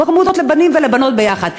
ברמודות לבנים ולבנות ביחד.